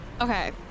Okay